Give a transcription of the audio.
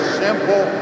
simple